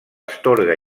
astorga